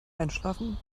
einschlafen